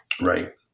Right